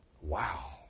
Wow